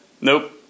Nope